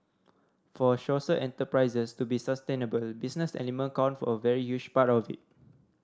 for social enterprises to be sustainable business element count for a very huge part of it